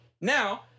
Now